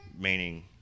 meaning